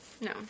No